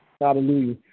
Hallelujah